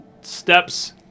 steps